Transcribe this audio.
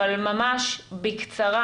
אבל ממש בקצרה,